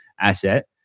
asset